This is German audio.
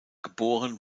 geboren